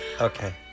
Okay